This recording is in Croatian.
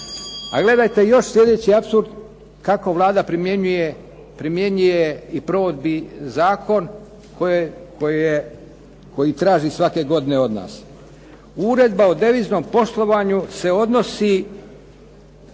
gledajte još sljedeći apsurd kako Vlada primjenjuje i provodi zakon koji traži svake godine od nas. Uredba o deviznom poslovanju se odnosi